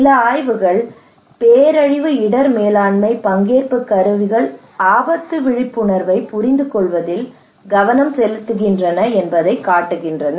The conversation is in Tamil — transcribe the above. சில ஆய்வுகள் பேரழிவு இடர் மேலாண்மை பங்கேற்பு கருவிகள் ஆபத்து விழிப்புணர்வைப் புரிந்துகொள்வதில் கவனம் செலுத்துகின்றன என்பதைக் காட்டுகின்றன